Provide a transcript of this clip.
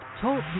Talk